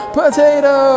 potato